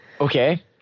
Okay